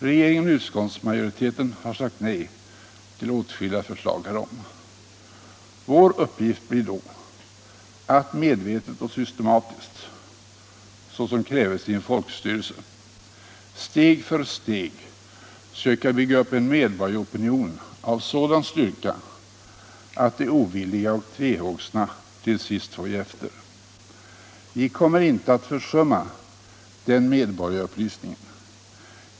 Regeringen och utskottsmajoriteten har sagt nej till åtskilliga förslag härom. Vår uppgift blir då att medvetet och systematiskt, såsom krävs i en folkstyrelse, steg för steg söka bygga upp en medborgaropinion av sådan styrka att de ovilliga och tvehågsna till sist får ge efter. Vi kommer inte att försumma den medborgarupplysningen.